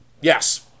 Yes